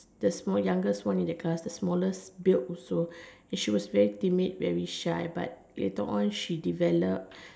the small youngest one in the class the smallest build also she was very timid very shy but later on she developed